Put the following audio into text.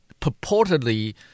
purportedly